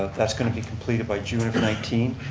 that's going to be completed by june of nineteen.